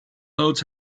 notes